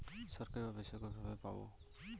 সরকারি বা বেসরকারি ভাবে পাবো